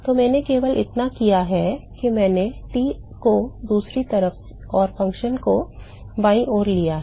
तो मैंने केवल इतना किया है कि मैंने T को दूसरी तरफ और फंक्शन को बाईं ओर ले लिया है